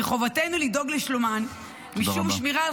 מחובתנו לדאוג לשלומן משום שמירה על